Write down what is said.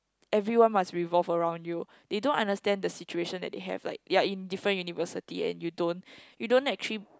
everyone must revolve around you they don't understand the situation that they have like you're in different university and you don't you don't actually